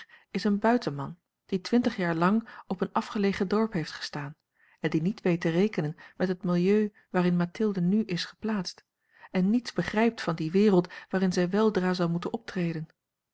is een buitenman die twintig jaar lang op een afgelegen dorp heeft gestaan en die niet weet te rekenen met het milieu waarin mathilde nu is geplaatst en niets begrijpt van die wereld waarin zij weldra zal moeten optreden